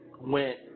went